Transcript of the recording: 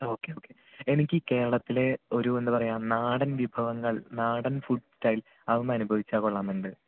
ആ ഒക്കെ ഒക്കെ എനിക്ക് കേരളത്തിലെ ഒരു എന്താ പറയുക നാടൻ വിഭവങ്ങൾ നടൻ ഫുഡ് സ്റ്റൈൽസ് അതൊന്നു അനുഭവിച്ചാൽ കൊള്ളാമെന്നുണ്ട്